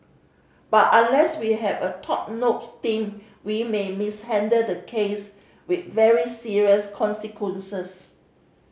but unless we have a top notch team we may mishandle the case with very serious consequences